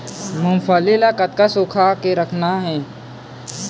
मूंगफली ला कतक सूखा के रखना हे?